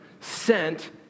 sent